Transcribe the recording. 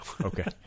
Okay